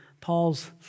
Paul's